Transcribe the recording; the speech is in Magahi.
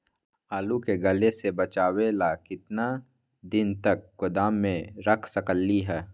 आलू के गले से बचाबे ला कितना दिन तक गोदाम में रख सकली ह?